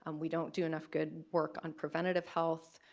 um we don't do enough good work on preventative health,